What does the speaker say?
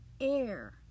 air